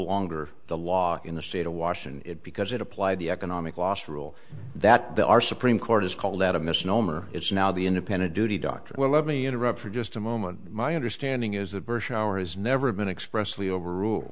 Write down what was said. longer the law in the state of washington it because it applied the economic loss rule that the our supreme court has called that a misnomer it's now the independent duty doctrine well let me interrupt for just a moment my understanding is that bush our has never been expressly overrule